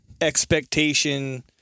expectation